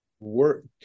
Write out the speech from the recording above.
work